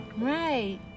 Right